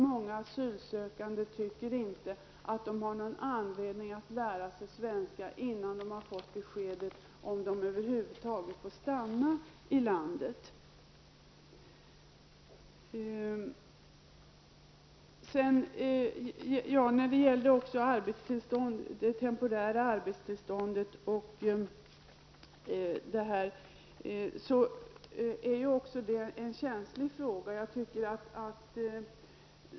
Många asylsökande tycker inte att de har någon anledning att lära sig svenska innan de har fått besked om att de får stanna i landet. Det temporära arbetstillståndet, för att återgå till det, är också en känslig fråga.